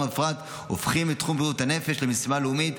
הופכים את בריאות הנפש למשימה לאומית.